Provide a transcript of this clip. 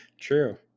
True